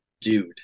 dude